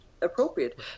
appropriate